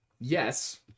yes